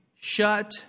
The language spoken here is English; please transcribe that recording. shut